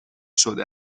شده